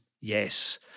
Yes